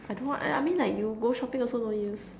I don't know what I mean like you go shopping also no use